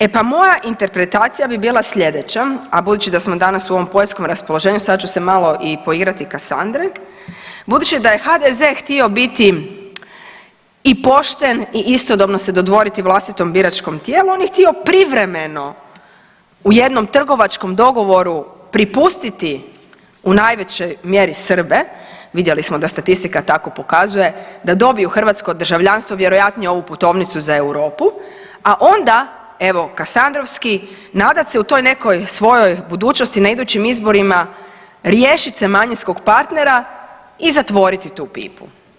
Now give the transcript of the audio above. E pa moja interpretacija bi bila slijedeća a budući da smo danas u ovom poljskom raspoloženju, sad ću se malo i poigrati Kasandre- Budući da je HDZ htio biti i pošten i istodobno se dodvoriti vlastitom biračkom tijelu, on je htio privremeno u jednom trgovačkom dogovoru pripustiti u najvećoj mjeri Srbe, vidjeli smo da statistika tako pokazuje, da dobiju hrvatsko državljanstvo, vjerojatnije ovu putovnicu za Europu a onda evo kasandrovski, nadat se u toj nekoj svojoj budućnosti na idućim izborima, riješit se manjinskog partnera i zatvoriti tu pipu.